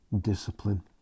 discipline